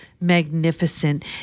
magnificent